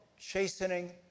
chastening